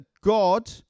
God